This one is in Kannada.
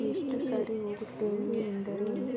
ಎಷ್ಟು ಸಾರಿ ಹೋಗುತ್ತೇನೆ ಎಂದರೆ